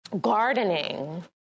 gardening